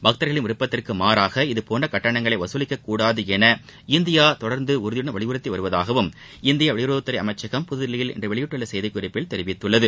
பக்தர்களின் விருப்பத்திற்கு மாறாக இதபோன்ற கட்டணங்களை வசூலிக்கக் கூடாது என இந்தியா தொடர்ந்து உறதியுடன் வலியுறத்தி வருவதாகவும் இந்திய இவெளியுறவுத்துறை அமைச்சகம் புதுதில்லியில் இன்று வெளியிட்டுள்ள செய்திக் குறிப்பில் தெரிவித்துள்ளது